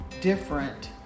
different